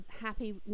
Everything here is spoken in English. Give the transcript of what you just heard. happy